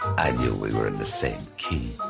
i knew we were in the same key.